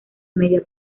media